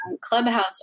clubhouse